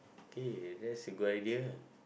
okay that's a good idea